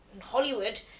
Hollywood